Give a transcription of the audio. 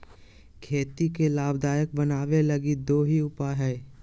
खेती के लाभदायक बनाबैय लगी दो ही उपाय हइ